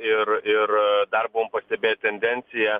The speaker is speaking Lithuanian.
ir ir dar buvom pastebėję tendenciją